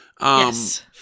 Yes